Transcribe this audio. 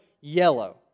yellow